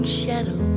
shadow